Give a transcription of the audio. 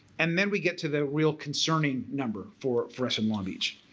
and then we get to the real concerning number for for us in long beach.